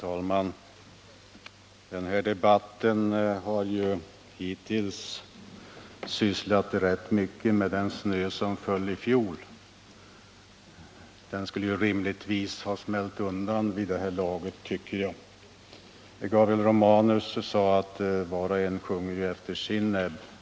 Herr talman! Debatten har hittills sysslat rätt mycket med den snö som föll i fjol. Den borde rimligtvis ha smält undan vid det här laget, tycker jag. Gabriel P.omanus sade att var och en sjunger efter sin näbb.